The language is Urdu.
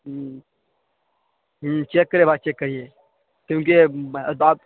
ہوں ہوں چیک کرئیے بھائی چیک کرئیے کیونکہ تو آپ